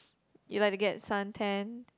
you like to get sun tan